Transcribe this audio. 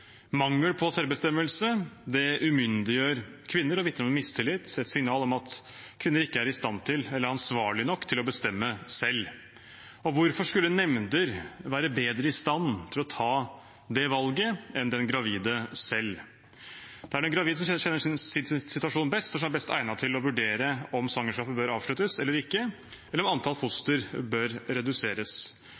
Mangel på selvbestemmelse umyndiggjør kvinner og vitner om en mistillit, et signal om at kvinner ikke er i stand til eller ansvarlige nok til å bestemme selv. Hvorfor skulle nemnder være bedre i stand til å ta det valget enn den gravide selv? Det er den gravide som kjenner sin situasjon best, og som er best egnet til å vurdere om svangerskapet bør avsluttes eller ikke, eller om antall foster bør reduseres.